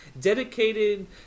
dedicated